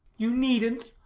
you needn't.